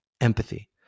empathy